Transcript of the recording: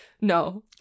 No